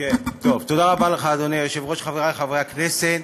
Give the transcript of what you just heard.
תודה רבה לך, אדוני היושב-ראש, חבריי חברי הכנסת,